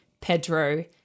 Pedro